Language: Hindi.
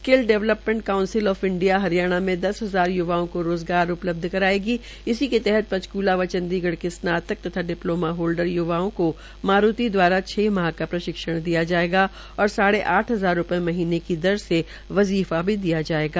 skill development council of India Haryana मे दस हजार य्वाओं रोज़गार उपलब्ध करायेगी इसी के तहत पंचक्ला व चंडीगढ के स्नातक तथा डिप्लोमा होल्डर य्वाओं को मारूति द्वारा छ माह के प्रशिक्षण दिया जायेगा और साढ़े आठ रूपये महीने की दर से वजीफा भी दिया जायेगा